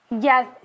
yes